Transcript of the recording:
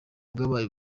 bwabaye